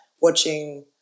watching